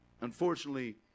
unfortunately